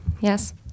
yes